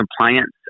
compliance